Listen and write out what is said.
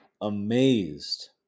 amazed